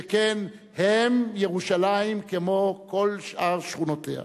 שכן הן ירושלים כמו כל שאר שכונותיה.